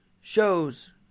shows